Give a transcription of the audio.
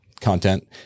content